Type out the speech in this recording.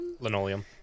Linoleum